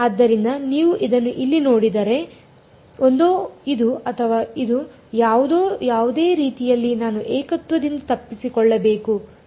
ಆದ್ದರಿಂದ ನೀವು ಇದನ್ನು ಇಲ್ಲಿ ನೋಡಿದರೆಒಂದೋ ಇದು ಅಥವಾ ಇದು ಯಾವುದೇ ರೀತಿಯಲ್ಲಿ ನಾನು ಏಕತ್ವದಿಂದ ತಪ್ಪಿಸಿಕೊಳ್ಳಬೇಕು ಸರಿ